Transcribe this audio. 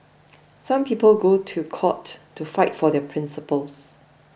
some people go to court to fight for their principles